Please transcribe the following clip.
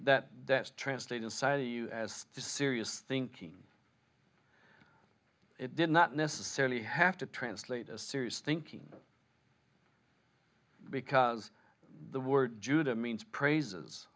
that that translate inside of you as serious thinking it did not necessarily have to translate a serious thinking because the word judah means praises